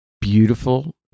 beautiful